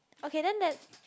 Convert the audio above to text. okay then that